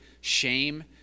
shame